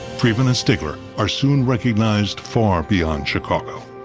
friedman and stigler are soon recognized far beyond chicago.